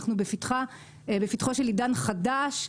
אנחנו בפתחו של עידן חדש.